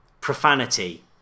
Profanity